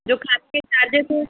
जो चार्जेस है